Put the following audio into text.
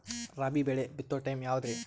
ರಾಬಿ ಬೆಳಿ ಬಿತ್ತೋ ಟೈಮ್ ಯಾವದ್ರಿ?